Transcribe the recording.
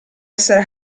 essere